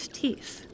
teeth